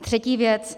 Třetí věc.